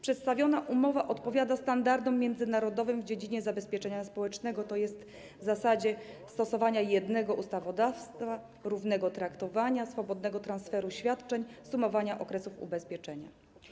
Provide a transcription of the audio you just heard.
Przedstawiona umowa odpowiada standardom międzynarodowym w dziedzinie zabezpieczenia społecznego, tj. w zasadzie stosowania jednego ustawodawstwa, równego traktowania, swobodnego transferu świadczeń, sumowania okresów ubezpieczenia.